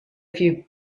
few